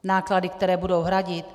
Náklady, které budou hradit?